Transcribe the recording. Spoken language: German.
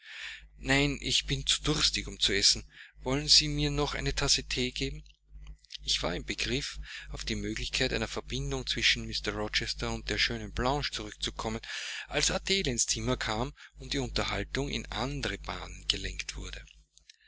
nein ich bin zu durstig um zu essen wollen sie mir noch eine tasse thee geben ich war im begriff auf die möglichkeit einer verbindung zwischen mr rochester und der schönen blanche zurückzukommen als adele ins zimmer kam und die unterhaltung in andere bahnen gelenkt wurde